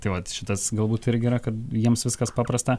tai vat šitas galbūt irgi yra kad jiems viskas paprasta